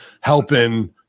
helping